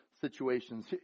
situations